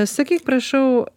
sakyk prašau